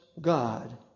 God